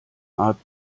art